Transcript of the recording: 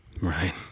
right